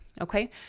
Okay